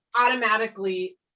automatically